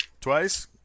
Twice